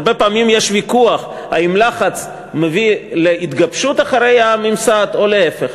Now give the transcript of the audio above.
הרבה פעמים יש ויכוח אם לחץ מביא להתגבשות מאחורי הממסד או להפך.